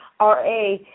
RA